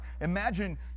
Imagine